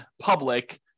public